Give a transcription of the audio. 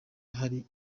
hari